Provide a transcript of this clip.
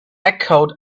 echoed